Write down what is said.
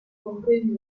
comprende